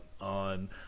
on